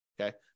okay